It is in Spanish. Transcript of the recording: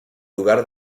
lugar